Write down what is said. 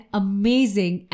amazing